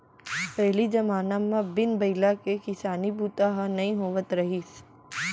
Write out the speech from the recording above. पहिली जमाना म बिन बइला के किसानी बूता ह नइ होवत रहिस